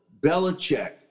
Belichick